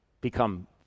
become